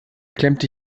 klemmte